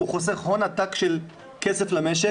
הוא חוסך הון עתק של כסף למשק